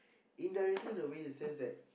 indirect in the way the sense that